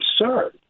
absurd